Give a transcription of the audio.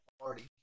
party